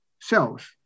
cells